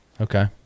Okay